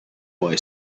boy